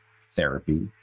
therapy